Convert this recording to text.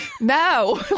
no